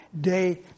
day